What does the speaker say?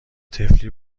طفلی